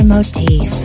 Motif